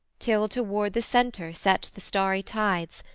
till toward the centre set the starry tides,